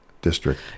district